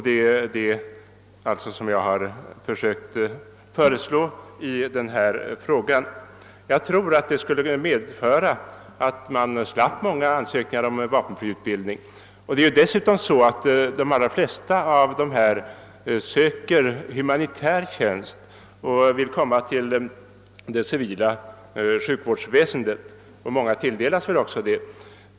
Det är den saken jag föreslagit i den fråga jag framställt. Därigenom tror jag också att vi skulle slippa många ansökningar om vapenfri utbildning. Flertalet av de värnpliktiga det här gäller söker humanitär tjänst; de vill komma till det civila sjukvårdsväsendet. Många torde också tilldelas sådan tjänst.